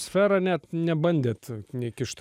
sferą net nebandėt nekišt